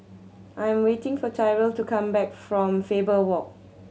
I'm waiting for Tyrell to come back from Faber Walk